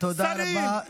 תודה רבה,